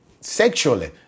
sexually